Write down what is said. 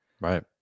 Right